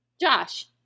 Josh